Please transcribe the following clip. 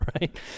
right